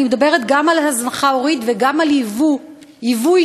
אני מדברת גם על הזנחה הורית וגם על ייבוא אישי,